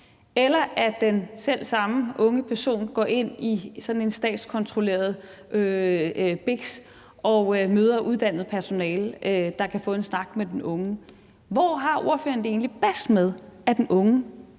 eller at den selv samme unge person går ind i sådan en statskontrolleret biks og møder uddannet personale, der kan få en snak med den unge? Hvor har ordføreren det egentlig bedst med at den unge